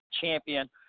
champion